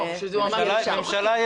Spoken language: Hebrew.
יש ממשלה.